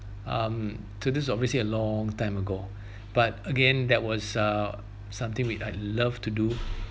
um so this is obviously a long time ago but again that was uh something which I love to do